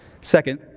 Second